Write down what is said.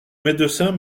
médecin